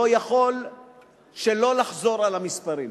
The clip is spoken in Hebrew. אני לא יכול שלא לחזור על המספרים.